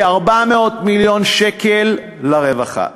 כ-400 מיליון שקלים לרווחה.